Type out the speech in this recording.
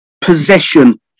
possession